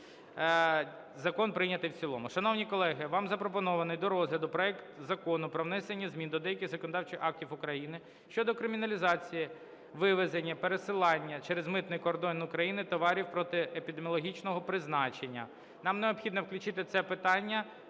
Закон прийнятий в цілому.